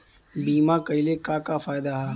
बीमा कइले का का फायदा ह?